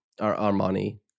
Armani